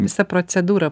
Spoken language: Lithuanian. visa procedūra